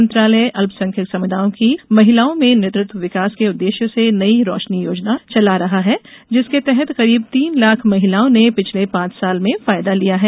मंत्रालय अल्पसंख्यक समुदायों की महिलाओं में नेतृत्व विकास के उद्देश्य से नई रोशनी योजना चला रहा है जिसके तहत करीब तीन लाख महिलाओं ने पिछले पांच साल में फायदा लिया है